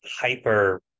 hyper